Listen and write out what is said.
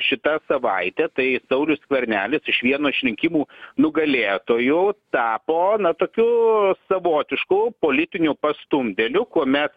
šita savaitė tai saulius skvernelis iš vieno iš rinkimų nugalėtojų tapo na tokiu savotišku politiniu pastumdėliu kuomet